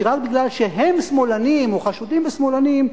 רק מפני שהם שמאלנים או חשודים כשמאלנים,